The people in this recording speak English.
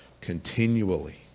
continually